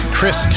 Chris